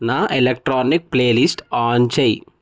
నా electronic playlist on చేయి